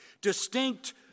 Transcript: Distinct